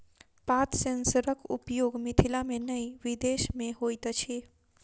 पात सेंसरक उपयोग मिथिला मे नै विदेश मे होइत अछि